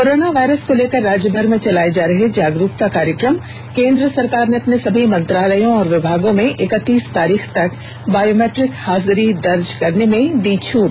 corona virus को लेकर राज्य भर में चलाये जा रहे जागरूकता कार्यक्रम केन्द्र सरकार ने अपने सभी मंत्रालयों और विभागों में इक्कतीस तारीख तक बायोमिट्रिक हाजिरी दर्ज करने में दी छूट